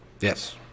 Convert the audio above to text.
Yes